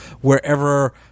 wherever